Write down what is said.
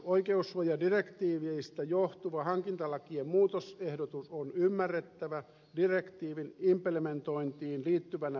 oikeussuojadirektiiveistä johtuva hankintalakien muutosehdotus on ymmärrettävä direktiivin implementointiin liittyvänä välttämättömänä toimenpiteenä